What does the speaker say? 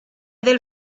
del